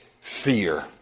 fear